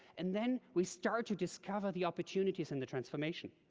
and then, we start to discover the opportunities in the transformation.